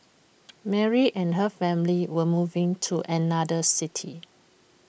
Mary and her family were moving to another city